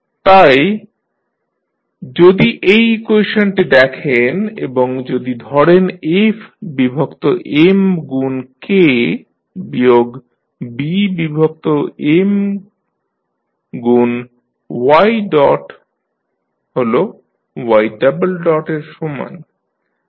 তাই যদি এই ইকুয়েশনটি দেখেন এবং যদি ধরেন f বিভক্ত M গুণ K বিয়োগ B বিভক্ত M গুণ y ডট হল y ডাবল ডট এর সমান